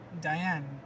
Diane